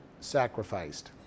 sacrificed